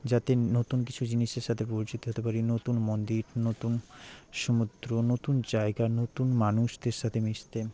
যাতে নতুন কিছু জিনিসের সাথে পরিচিত হতে পারি নতুন মন্দির নতুন সমুদ্র নতুন জায়গা নতুন মানুষদের সাতে মিশতে